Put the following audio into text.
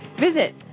Visit